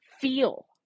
feel